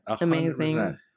amazing